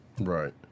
right